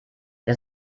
der